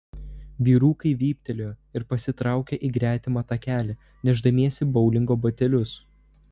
vyrukai vyptelėjo ir pasitraukė į gretimą takelį nešdamiesi boulingo batelius